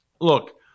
look